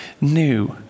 new